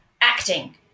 acting